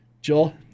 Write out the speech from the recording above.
Joel